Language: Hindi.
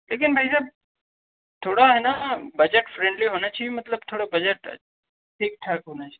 लेकिन भाई साहब थोड़ा है ना बजट फ्रेन्डली होना चाहिए मतलब थोड़ा बजट ठीक ठाक होना चहि